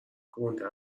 گنده